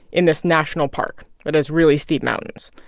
in this national park that has really steep mountains.